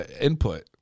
input